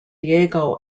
diego